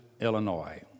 Illinois